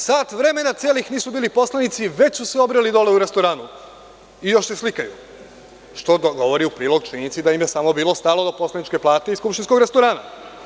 Sat vremena celih nisu bili poslanici, a već su se obreli dole u restoranu i još se slikaju, što govori u prilog činjenici da im je samo bilo stalo do poslaničke plate i skupštinskog restorana.